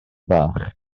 bach